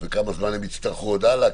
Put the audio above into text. וכמה זמן הם יצטרכו עוד הלאה,